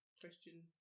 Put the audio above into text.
Question